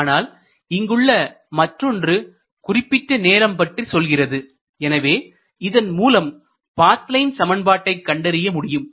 ஆனால் இங்குள்ள மற்றொன்று குறிப்பிட்ட நேரம் பற்றி சொல்கிறது எனவே இதன் மூலம் பாத் லைன் சமன்பாட்டை கண்டறிய முடியும்